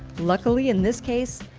luckily in this case,